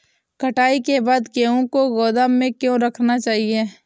कटाई के बाद गेहूँ को गोदाम में क्यो रखना चाहिए?